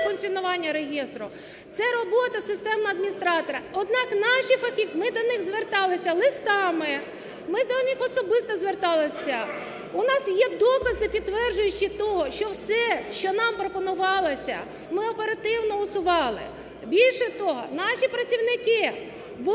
це робота системного адміністратора. Однак, наші фахівці… ми до них зверталися листами, ми до них особисто зверталися, у нас є докази, підтверджуючи те, що все, що нам пропонувалося ми оперативно усували. Більше того, наші працівники були